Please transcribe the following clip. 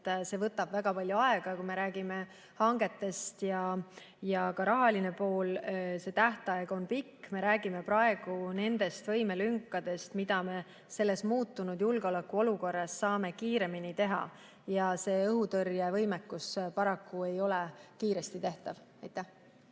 see võtab väga palju aega, kui me räägime hangetest ja ka rahalisest poolest. See tähtaeg on pikk. Me räägime praegu nendest võimelünkadest, mida me muutunud julgeolekuolukorras saame kiiremini [täita]. Õhutõrjevõimekus ei ole paraku kiiresti tehtav. Aitäh!